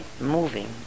moving